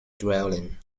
dwelling